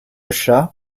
chat